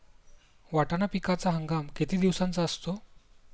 वाटाणा पिकाचा हंगाम किती दिवसांचा असतो?